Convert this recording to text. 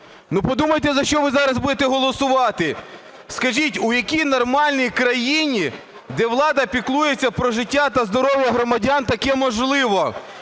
Ну подумайте, за що ви зараз будете голосувати? Скажіть, у якій нормальній країні, де влада піклується про життя та здоров'я громадян, таке можливо?